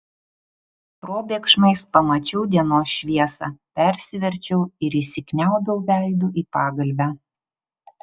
probėgšmais pamačiau dienos šviesą persiverčiau ir įsikniaubiau veidu į pagalvę